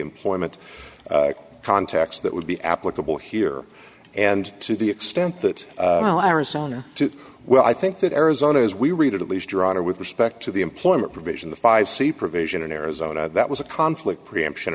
employment context that would be applicable here and to the extent that arizona well i think that arizona as we read it at least your honor with respect to the employment provision the five c provision in arizona that was a conflict preemption